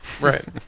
Right